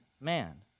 man